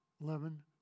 eleven